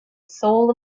soul